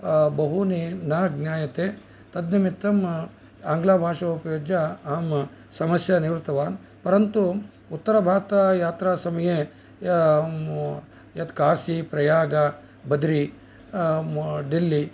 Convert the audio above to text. बहूनि न ज्ञायते तद् निमित्तम् आङ्ग्लभाषोपयुज्य समस्यां निवृत्तवान् परन्तु उत्तरभारते यात्रा समये यत् काशी प्रयागः बद्रि डेल्ली